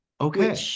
Okay